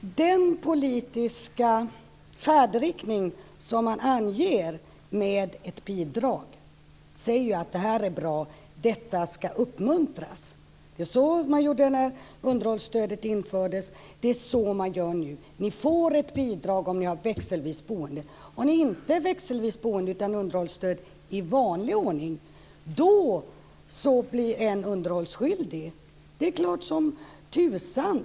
Fru talman! Den politiska färdriktning som man anger med ett bidrag säger ju att det här är bra; detta ska uppmuntras. Det var så man gjorde när underhållsstödet infördes. Det är så man gör nu. Ni får ett bidrag om ni har växelvis boende. Har ni inte växelvis boende utan underhållsstöd i vanlig ordning, då blir en underhållsskyldig. Det är klart som tusan.